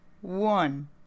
One